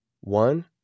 One